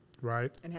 Right